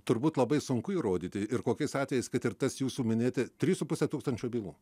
turbūt labai sunku įrodyti ir kokiais atvejais kad ir tas jūsų minėti trys su puse tūkstančio bylų